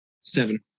Seven